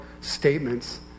statements